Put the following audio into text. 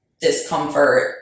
discomfort